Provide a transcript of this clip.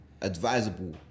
advisable